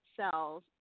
cells